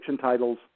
titles